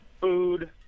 food